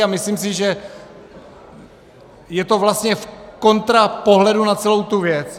A myslím si, že je to vlastně v kontrapohledu na celou tu věc.